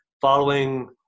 following